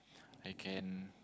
I can